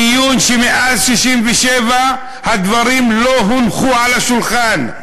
דיון שמאז 1967 לא, הדברים לא הונחו על השולחן.